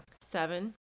Seven